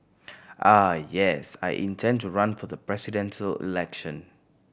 ah yes I intend to run for the Presidential Election